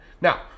now